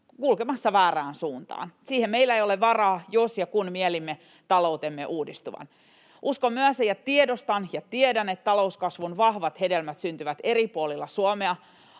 kulkemassa väärään suuntaan. Siihen meillä ei ole varaa, jos ja kun mielimme taloutemme uudistuvan. Uskon myös ja tiedostan ja tiedän, että talouskasvun vahvat hedelmät syntyvät eri puolilla Suomea